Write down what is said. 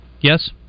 Yes